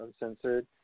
Uncensored